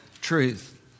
truth